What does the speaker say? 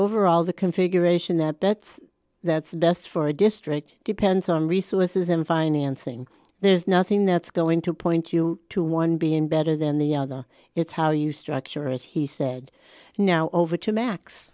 overall the configuration that that's that's best for a district depends on resources and financing there's nothing that's going to point you to one being better than the other it's how you structure it he said now over to max